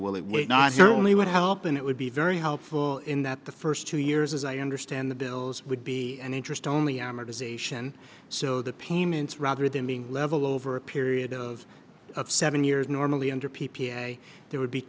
will it was not here only would help and it would be very helpful in that the first two years as i understand the bills would be an interest only amortization so the payments rather than being level over a period of seven years normally under p p a there would be